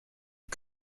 aux